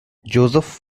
joseph